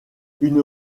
une